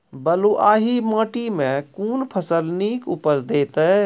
बलूआही माटि मे कून फसल नीक उपज देतै?